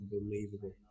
unbelievable